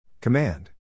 Command